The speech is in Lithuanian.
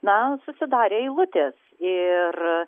na susidarė eilutė ir